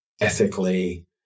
ethically